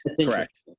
correct